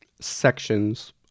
sections